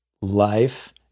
life